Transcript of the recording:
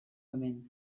hemen